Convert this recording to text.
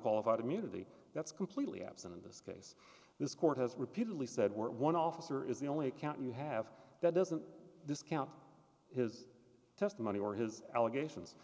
qualified immunity that's completely absent in this case this court has repeatedly said we're one officer is the only account you have that doesn't discount his testimony or his allegations